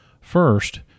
First